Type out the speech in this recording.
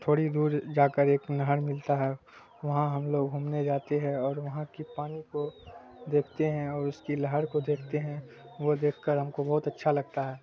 تھوڑی دور جا کر ایک نہر ملتا ہے وہاں ہم لوگ گھومنے جاتے ہیں اور وہاں کی پانی کو دیکھتے ہیں اور اس کی لہر کو دیکھتے ہیں وہ دیکھ کر ہم کو بہت اچھا لگتا ہے